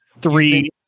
three